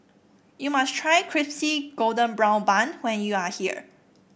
you must try Crispy Golden Brown Bun when you are here